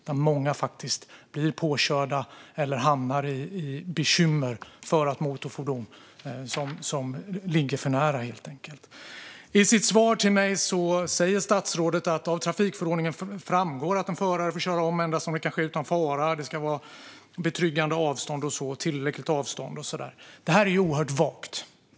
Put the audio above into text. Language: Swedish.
Många blir faktiskt påkörda eller hamnar i bekymmer för att motorfordon ligger för nära. I sitt svar till mig säger statsrådet att det av trafikförordningen framgår att en förare får köra om endast om det kan ske utan fara och att det ska vara betryggande, tillräckligt avstånd. Det här är oerhört vagt.